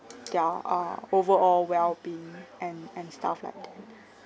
their uh overall well-being and and stuff like